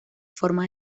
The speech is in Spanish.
forma